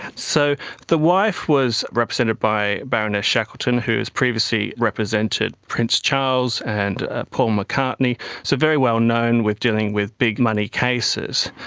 so the wife was represented by baroness shackleton who had previously represented prince charles and paul mccartney, so very well known with dealing with big-money cases.